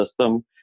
system